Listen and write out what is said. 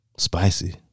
Spicy